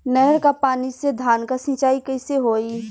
नहर क पानी से धान क सिंचाई कईसे होई?